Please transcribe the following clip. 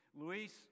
Luis